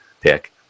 pick